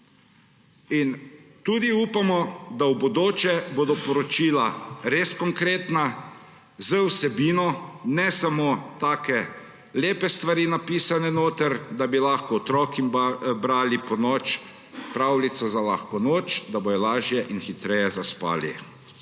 tudi, da bodo v bodoče poročila res konkretna, z vsebino, ne samo take lepe stvari napisane notri, da bi lahko otrokom brali ponoči pravljico za lahko noč, da bodo lažje in hitreje zaspali.